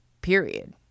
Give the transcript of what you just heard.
period